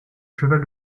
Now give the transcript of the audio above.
cheval